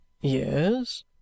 Yes